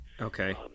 okay